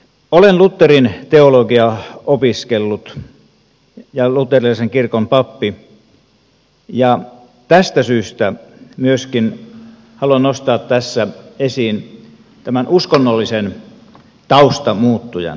olen lutherin teologiaa opiskellut ja luterilaisen kirkon pappi ja tästä syystä myöskin haluan nostaa tässä esiin tämän uskonnollisen taustamuuttujan